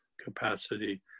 capacity